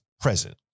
present